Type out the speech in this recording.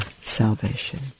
salvation